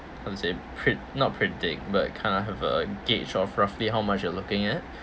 how to say pre~ not predict but kind of have a gauge of roughly how much you're looking at